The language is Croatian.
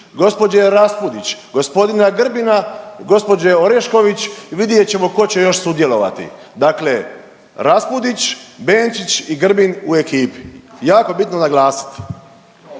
gospođe Raspudić, gospodina Grbina, gospođe Orešković, vidjet ćemo tko će još sudjelovati. Dakle, Raspudić, Benčić i Grbin u ekipi. Jako bitno naglasiti.